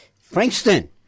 Frankston